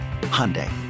Hyundai